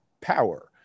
power